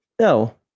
No